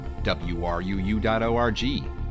WRUU.org